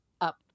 up